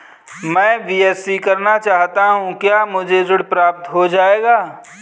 मैं बीएससी करना चाहता हूँ क्या मुझे ऋण प्राप्त हो जाएगा?